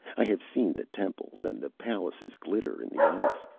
i have seen the temples and the palaces glitter in the ice.